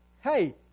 hey